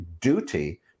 duty